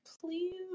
please